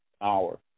hour